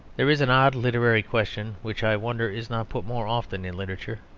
there is an odd literary question which i wonder is not put more often in literature.